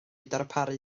darparu